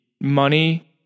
money